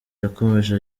yakomeje